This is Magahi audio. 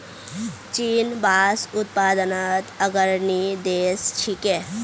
चीन बांस उत्पादनत अग्रणी देश छिके